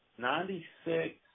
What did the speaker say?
Ninety-six